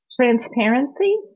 Transparency